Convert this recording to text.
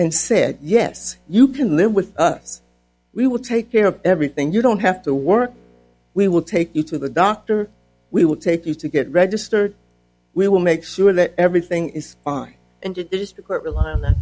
and said yes you can live with us we will take care of everything you don't have to work we will take you to the doctor we will take you to get registered we will make sure that everything is fine and it is to quote rely on that